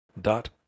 dot